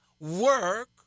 work